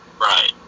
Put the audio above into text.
Right